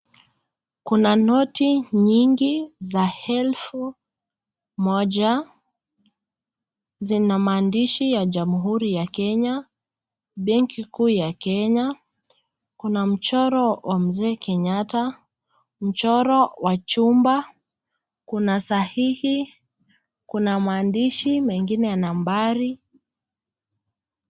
Kuna noti nyingi za elfu moja, zina maandishi ya jamuhuri ya Kenya, benki kuu ya Kenya. Kuna mchoro wa mzee Kenyatta, mchoro wa chumba, kuna sahihi, kuna maandishi mengine ya nambari.